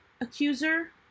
accuser